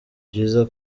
byiza